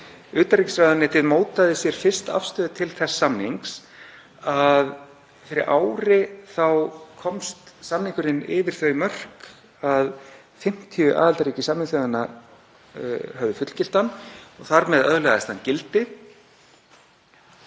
utanríkisráðuneytið mótaði sér fyrst afstöðu til þess samnings að fyrir ári komst samningurinn yfir þau mörk að 50 aðildarríki Sameinuðu þjóðanna höfðu fullgilt hann og þar með öðlaðist hann gildi.